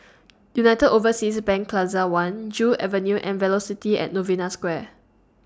United Overseas Bank Plaza one Joo Avenue and Velocity At Novena Square